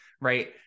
right